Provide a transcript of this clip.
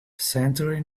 century